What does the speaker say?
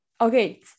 Okay